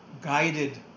guided